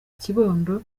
kibondo